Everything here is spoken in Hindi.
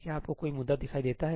क्या आपको कोई मुद्दा दिखाई देता है